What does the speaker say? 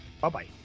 bye-bye